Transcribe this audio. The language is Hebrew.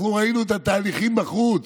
אנחנו ראינו את התהליכים בחוץ,